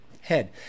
head